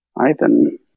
Ivan